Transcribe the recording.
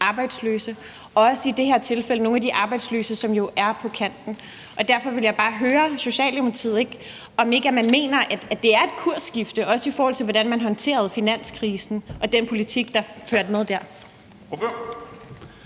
arbejdsløse, og i det her tilfælde også nogle af de arbejdsløse, som er på kanten. Derfor vil jeg bare høre, om Socialdemokratiet ikke mener, at det er et kursskifte, også i forhold til hvordan man håndterede finanskrisen og den politik, som fulgte med dér.